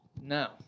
Now